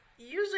usually